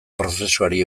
prozesuari